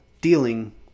dealing